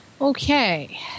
okay